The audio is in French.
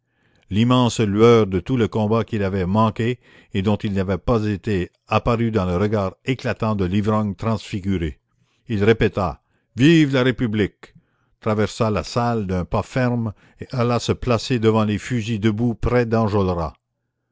l'immense lueur de tout le combat qu'il avait manqué et dont il n'avait pas été apparut dans le regard éclatant de l'ivrogne transfiguré il répéta vive la république traversa la salle d'un pas ferme et alla se placer devant les fusils debout près